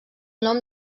nom